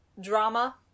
drama